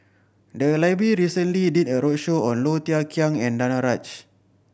the library recently did a roadshow on Low Thia Khiang and Danaraj